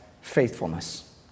faithfulness